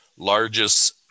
largest